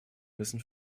müssen